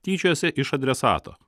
tyčiojosi iš adresato